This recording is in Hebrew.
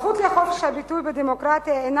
הזכות לחופש הביטוי בדמוקרטיה אינה